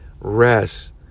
rest